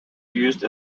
used